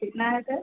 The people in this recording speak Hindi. कितना है सर